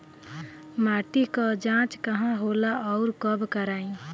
माटी क जांच कहाँ होला अउर कब कराई?